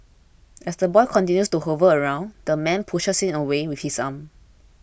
as the boy continues to hover around the man pushes him away with his arm